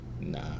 Nah